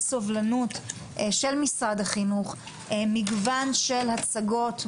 סובלנות של משרד החינוך מגוון של הצגות,